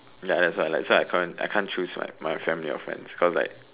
ya that's why like so I can't I can't choose my my family or friends cause like